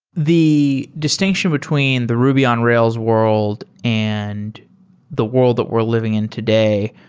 the distinction between the ruby on rails world and the world that we're living in today,